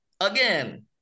again